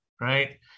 right